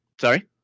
Sorry